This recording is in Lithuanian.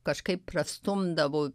kažkaip prastumdavo